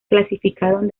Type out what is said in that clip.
clasificaron